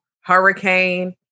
hurricane